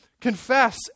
Confess